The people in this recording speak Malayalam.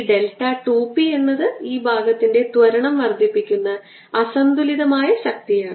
ഈ ഡെൽറ്റ 2 p എന്നത് ഈ ഭാഗത്തിന്റെ ത്വരണം വർദ്ധിപ്പിക്കുന്ന അസന്തുലിതമായ ശക്തിയാണ്